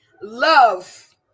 Love